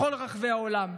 בכל רחבי העולם,